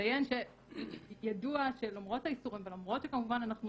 אציין שידוע שלמרות האיסורים ולמרות שכמובן אנחנו